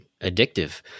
addictive